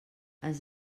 ens